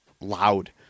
loud